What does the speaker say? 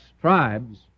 tribes